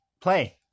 play